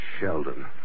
Sheldon